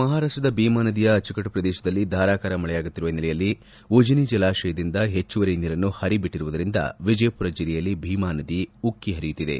ಮಹಾರಾಷ್ಟದ ಭೀಮಾ ನದಿಯ ಅಚ್ಚುಕಟ್ಟು ಪ್ರದೇಶದಲ್ಲಿ ಧಾರಕಾರ ಮಳೆಯಾಗುತ್ತಿರುವ ಹಿನ್ನೆಲೆಯಲ್ಲಿ ಉಜನಿ ಜಲಾಶಯದಿಂದ ಹೆಚ್ಚುವರಿ ನೀರನ್ನು ಹರಿ ಬಿಟ್ಟುರುವುದರಿಂದ ವಿಜಯಪುರ ಜಿಲ್ಲೆಯಲ್ಲಿ ಭೀಮಾನದಿ ಉಕ್ಕಿಹರಿಯುತ್ತಿದೆ